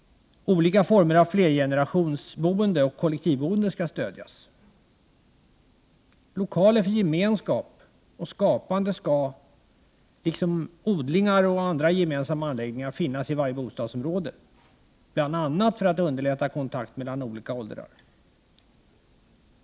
Olika former av flergenerationsoch kollektivboende ska stödjas. 6. Lokaler för gemenskap och skapande ska, liksom odlingar och andra gemensamma anläggningar, finnas i varje bostadsområde, bland annat för att underlätta kontakt mellan olika åldrar.